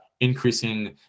increasing